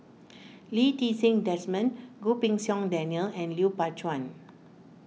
Lee Ti Seng Desmond Goh Pei Siong Daniel and Lui Pao Chuen